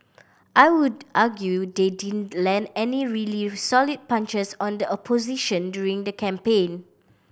I would argue they didn't land any really solid punches on the opposition during the campaign